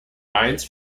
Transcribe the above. mainz